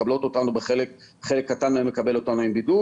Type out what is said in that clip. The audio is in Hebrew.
או חלק קטן מהן מקבל אותנו עם בידוד.